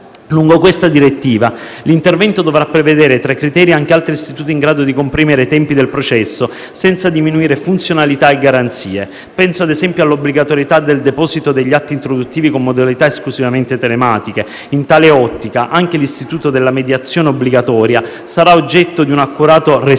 Lungo questa direttiva l'intervento dovrà prevedere tra i criteri anche altri istituti in grado di comprimere i tempi del processo senza diminuire funzionalità e garanzie. Penso - ad esempio - all'obbligatorietà del deposito degli atti introduttivi con modalità esclusivamente telematiche. In tale ottica, anche l'istituto della mediazione obbligatoria sarà oggetto di un accorato *restyling*